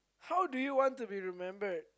how do you want to be remebered